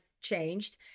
changed